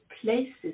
places